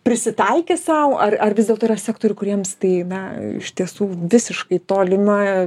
prisitaikė sau ar ar vis dėlto yra sektorių kuriems tai na iš tiesų visiškai tolima